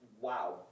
wow